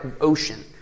ocean